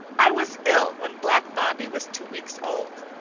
i was ill when black bobbie was two weeks old.